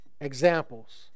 examples